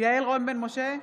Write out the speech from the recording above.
יעל רון בן משה,